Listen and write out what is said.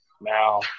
now